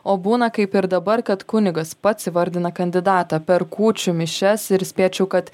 o būna kaip ir dabar kad kunigas pats įvardina kandidatą per kūčių mišias ir spėčiau kad